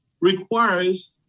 requires